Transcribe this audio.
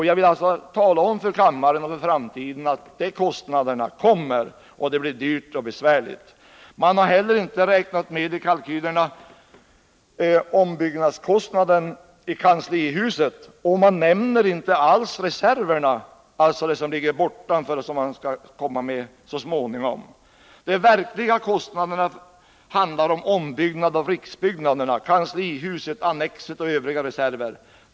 Jag vill därför tala om för kammaren att de kostnaderna kommer att få betalas i framtiden och att det då blir både dyrt Nr 121 och besvärligt. Onsdagen den Man har heller inte i kalkylerna räknat med ombyggnadskostnaden för 16 april 1980 kanslihuset, och man nämner inte alls reserverna, dvs. det som ligger utanför och som man skall komma med så småningom. Riksdagens arbets na, kanslihuset, annexet och övriga reserver.